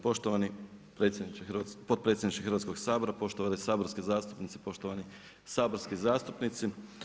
Poštovani potpredsjedniče Hrvatskog sabora, poštovane saborske zastupnice, poštovani saborski zastupnici.